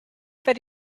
that